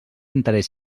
interès